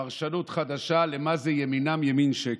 פרשנות חדשה למה זה "ימינם ימין שקר".